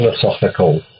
philosophical